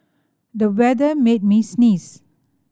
the weather made me sneeze